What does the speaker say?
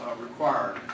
required